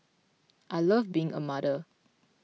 I love being a mother